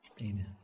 Amen